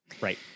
Right